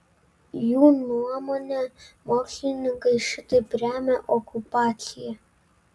jų nuomone mokslininkai šitaip remia okupaciją